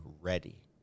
ready